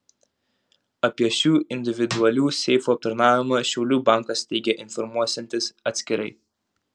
apie šių individualių seifų aptarnavimą šiaulių bankas teigia informuosiantis atskirai